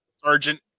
sergeant